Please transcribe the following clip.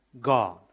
God